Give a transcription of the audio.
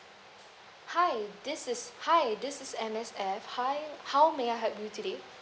hi this is hi this is M_S_F hi how may I help you today